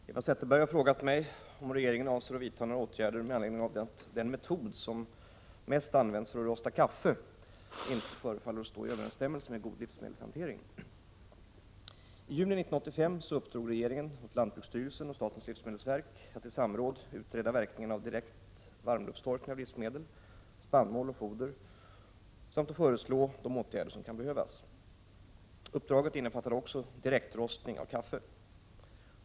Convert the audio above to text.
Herr talman! Eva Zetterberg har frågat mig om regeringen avser att vidta några åtgärder med anledning av att den metod som mest används för att rosta kaffe inte förefaller stå i överensstämmelse med god livsmedelshantering. I juni 1985 uppdrog regeringen åt lantbruksstyrelsen och statens livsmedelsverk att i samråd utreda verkningarna av direkt varmluftstorkning av livsmedel, spannmål och foder samt att föreslå de åtgärder som kan behövas. Uppdraget innefattade också direktrostning av kaffe.